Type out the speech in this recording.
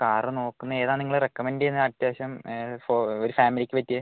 കാര് നോക്കുന്നത് ഏതാണ് നിങ്ങള് റെക്കമെൻ്റ് ചെയ്യുന്നത് അത്യാവശ്യം ഒരു ഫാമിലിക്ക് പറ്റിയത്